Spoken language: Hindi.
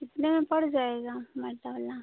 कितने में पड़ जाएगा बाटा वाला